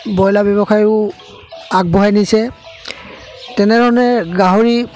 broiler ব্যৱসায়ো আগবঢ়াই নিছে তেনেধৰণে গাহৰি